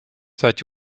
seit